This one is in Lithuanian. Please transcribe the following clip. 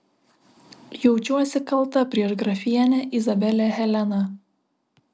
jaučiuosi kalta prieš grafienę izabelę heleną